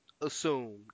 assumed